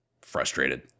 Frustrated